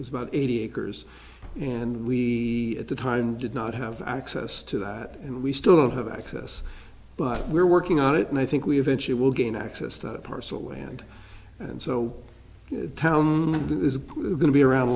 was about eighty acres and we at the time did not have access to that and we still have access but we're working on it and i think we eventually will gain access to the parcel land and so the town is going to be around a